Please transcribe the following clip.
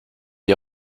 est